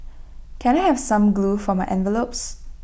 can I have some glue for my envelopes